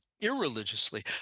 irreligiously